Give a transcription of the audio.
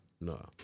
No